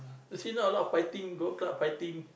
you see now a lot of fighting go club fighting